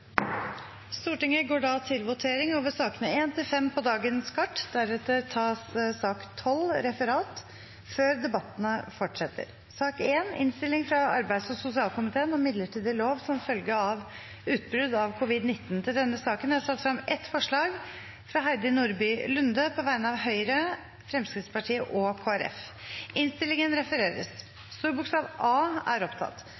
Stortinget går da til votering over sakene nr. 1–5 på dagens kart, deretter tas sak 12, Referat, før debatten fortsetter. Under debatten har Heidi Nordby Lunde satt frem et forslag på vegne av Høyre, Fremskrittspartiet og